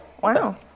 Wow